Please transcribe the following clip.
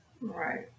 Right